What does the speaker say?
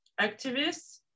activists